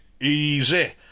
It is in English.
easy